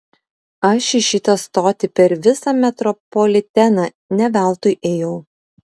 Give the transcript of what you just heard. aš į šitą stotį per visą metropoliteną ne veltui ėjau